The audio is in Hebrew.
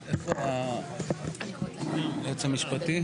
לא כל פעם צריך להוסיף